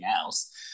else